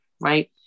right